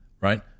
right